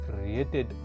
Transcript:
created